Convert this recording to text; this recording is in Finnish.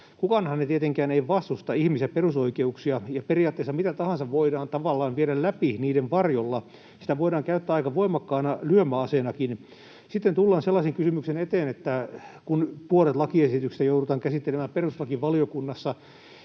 Kukaanhan tietenkään ei vastusta ihmis‑ ja perusoikeuksia, ja periaatteessa mitä tahansa voidaan tavallaan viedä läpi niiden varjolla — sitä voidaan käyttää aika voimakkaana lyömäaseenakin. Sitten tullaan sellaisen kysymyksen eteen, että kun puolet lakiesityksistä joudutaan käsittelemään perustuslakivaliokunnassa,